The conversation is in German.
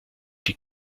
die